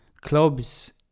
clubs